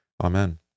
Amen